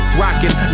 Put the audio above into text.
rockin